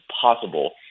possible